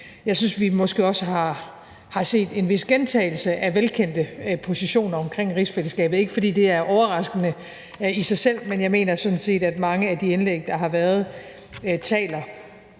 jeg synes måske også, at vi har set en vis gentagelse af velkendte positioner omkring rigsfællesskabet. Det er ikke, fordi det er overraskende i sig selv, men jeg mener sådan set, at mange af de indlæg, der har været, på